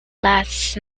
lasts